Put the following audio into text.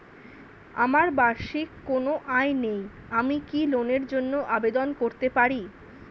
আমার বার্ষিক কোন আয় নেই আমি কি লোনের জন্য আবেদন করতে পারি?